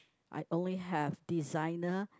I only have designer